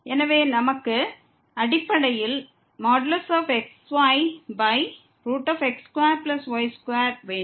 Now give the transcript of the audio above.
எனவே நமக்கு அடிப்படையில் | |xy|x2y2 வேண்டும்